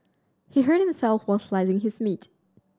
he hurt himself while slicing his meat